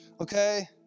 Okay